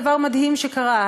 זה דבר מדהים שקרה,